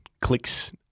clicks –